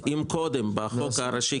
גם רצינו להקל על קריאת ההסדר בחוק ולא